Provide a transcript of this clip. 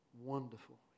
Wonderful